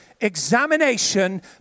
examination